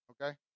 Okay